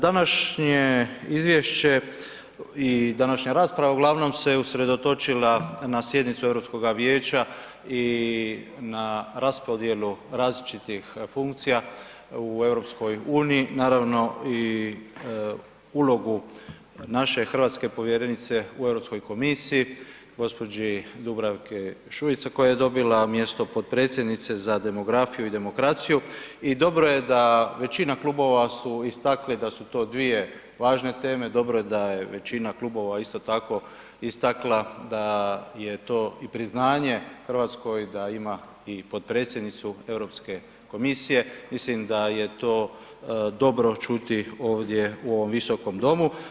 Današnje izvješće i današnja rasprava uglavnom se usredotočila na sjednicu EU vijeća i na raspodjelu različitih funkcija u EU, naravno i ulogu naše Hrvatske povjerenice u EU komisiji, gđi. Dubravki Šuice, koja je dobila mjesto potpredsjednice za demografiju i demokraciju i dobro je da većina klubova istakli da su to dvije važne teme, dobro je da je većina klubova isto tako, istakla da je to i priznanje Hrvatskoj da ima i potpredsjednicu EU komisije, mislim da je to dobro čuti ovdje u ovom Visokom domu.